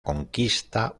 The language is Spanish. conquista